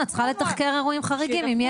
נכון, את צריכה לתחקר אירועים חריגים אם יש.